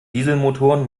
dieselmotoren